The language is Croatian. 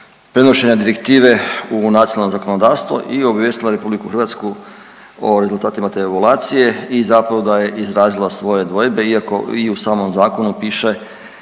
prenošenja direktive u nacionalno zakonodavstvo i obavijestila RH o rezultatima te evaluacije i zapravo da je izrazila svoje dvojbe iako i u samom zakonu piše